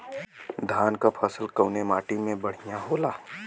धान क फसल कवने माटी में बढ़ियां होला?